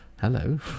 hello